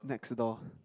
next door